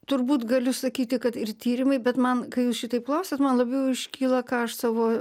turbūt galiu sakyti kad ir tyrimai bet man kai jūs šitaip klausiat man labiau iškyla ką aš savo